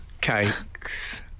cakes